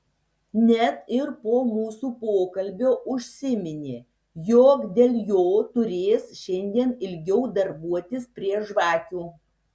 net ir po mūsų pokalbio užsiminė jog dėl jo turės šiandien ilgiau darbuotis prie žvakių